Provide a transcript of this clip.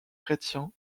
chrétien